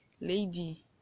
lady